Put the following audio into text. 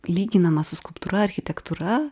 lyginamas su skulptūra architektūra